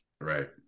Right